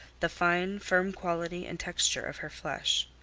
the fine, firm quality and texture of her flesh.